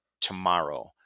tomorrow